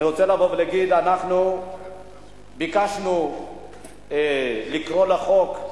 אני רוצה לבוא ולהגיד: אנחנו ביקשנו לקרוא לחוק,